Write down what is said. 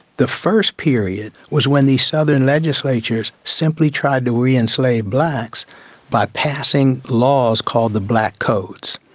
the first period was when the southern legislatures simply tried to re-enslave blacks by passing laws called the black codes.